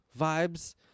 vibes